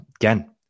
again